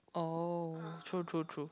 oh true true true